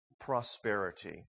prosperity